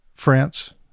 France